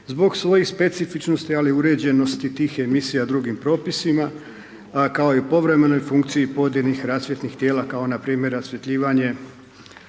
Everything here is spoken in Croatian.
zbog svojih specifičnosti, ali uređenosti tih emisija drugim propisima, a kao i povremenoj funkciji .../nerazumljivo/... rasvjetnih tijela kao npr. rasvjetljivanje